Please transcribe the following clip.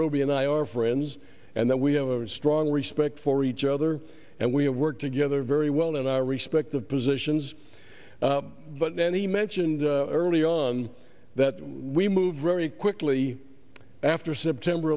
robey and i are friends and that we have a strong respect for each other and we have worked together very well in our respective positions but then he mentioned early on that we moved very quickly after september